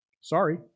sorry